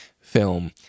film